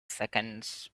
seconds